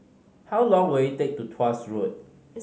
how long will it take to Tuas Road